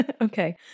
Okay